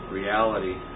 reality